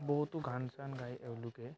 বহুতো গান চান গায় এওঁলোকে